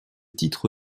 titre